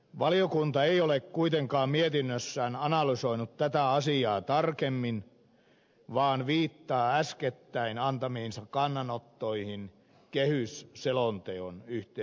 valiokunta ei ole kuitenkaan mietinnössään analysoinut tätä asiaa tarkemmin vaan viittaa äskettäin antamiinsa kannanottoihin kehysselonteon yhteydessä